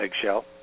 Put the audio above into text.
eggshell